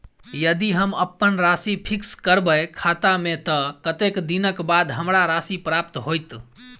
यदि हम अप्पन राशि फिक्स करबै खाता मे तऽ कत्तेक दिनक बाद हमरा राशि प्राप्त होइत?